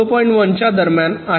1 च्या दरम्यान आहे